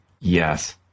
Yes